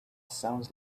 sounds